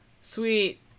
Sweet